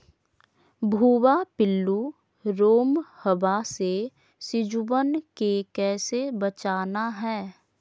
भुवा पिल्लु, रोमहवा से सिजुवन के कैसे बचाना है?